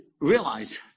realize